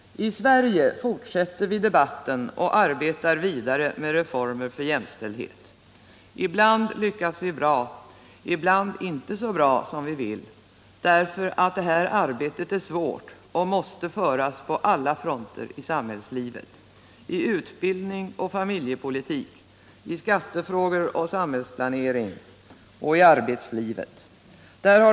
I Sverige fortsätter vi debatten och arbetar vidare med reformer för jämställdhet. Ibland lyckas vi bra, ibland inte så bra som vi vill, därför att det här arbetet är svårt och måste föras på alla fronter i samhällslivet: i utbildning och familjepolitik, i skattefrågor och samhällsplanering.